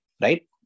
right